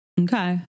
Okay